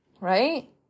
right